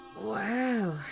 wow